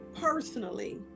personally